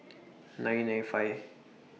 nine nine five